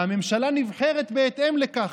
והממשלה נבחרת בהתאם לכך.